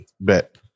Bet